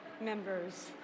members